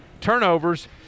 Turnovers